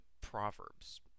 Proverbs